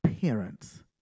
parents